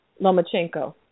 Lomachenko